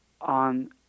on